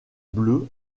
bleues